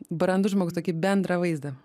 brandus žmogus tokį bendrą vaizdą